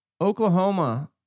Oklahoma